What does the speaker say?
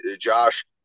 Josh